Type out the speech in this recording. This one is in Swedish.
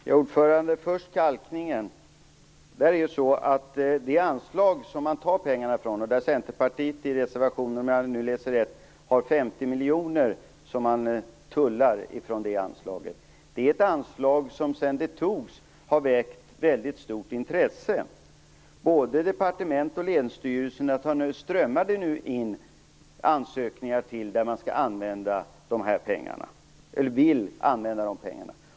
Herr talman! Låt mig först besvara frågan om kalkningen. Det anslag som pengarna tas från - och där Centerpartiet, om jag nu läser reservationen rätt, vill tulla 50 miljoner - har sedan det beslutades väckt väldigt stort intresse. Till både departement och länsstyrelser strömmar det nu in ansökningar om att få använda de här pengarna.